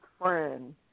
friend